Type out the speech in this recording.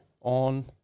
on